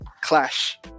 clash